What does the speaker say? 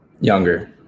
Younger